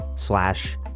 slash